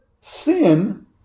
sin